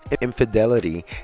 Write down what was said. Infidelity